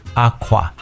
aqua